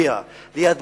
ליד מי הוא היה יושב?